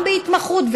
גם בהתמחות,